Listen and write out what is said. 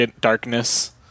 darkness